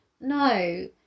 no